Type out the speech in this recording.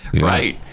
Right